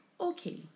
okay